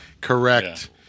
Correct